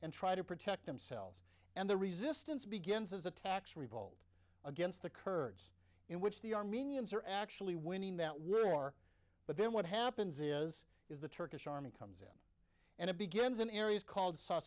and try to protect themselves and the resistance begins as a tax revolt against the kurds in which the armenians are actually winning that war but then what happens is is the turkish army comes in and it begins in areas called so